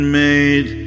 made